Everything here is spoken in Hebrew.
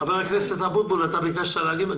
חבר הכנסת אבוטבול, אתה ביקשת להתייחס?